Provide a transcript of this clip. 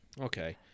Okay